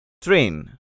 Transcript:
Train